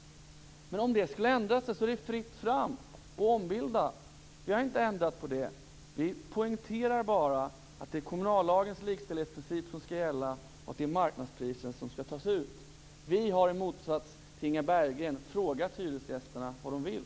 Men om de skulle ändra sig är det fritt fram att ombilda. Vi har inte ändrat på det. Vi poängterar bara att det är kommunallagens likställighetsprincip som skall gälla och att det är marknadspriser som skall tas ut. Vi har i motsats till Inga Berggren frågat hyresgästerna vad de vill.